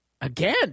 Again